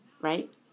right